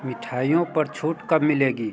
मिठाइयों पर छूट कब मिलेगी